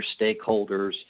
stakeholders